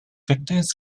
victors